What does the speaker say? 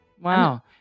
Wow